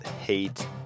hate